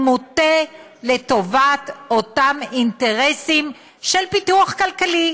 הוא מוטה לטובת אותם אינטרסים של פיתוח כלכלי,